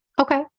Okay